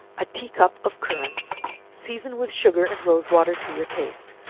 a tea-cup of currants season with sugar and rose water to your taste,